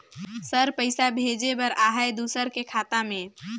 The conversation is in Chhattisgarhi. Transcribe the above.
सर पइसा भेजे बर आहाय दुसर के खाता मे?